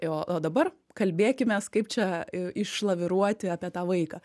o dabar kalbėkimės kaip čia išlaviruoti apie tą vaiką